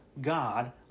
God